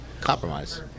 Compromise